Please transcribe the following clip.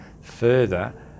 further